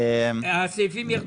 הסעיפים ירדו.